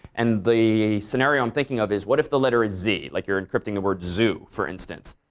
and the scenario i'm thinking of is what if the letter is z, like you're encrypting the word zoo for instance?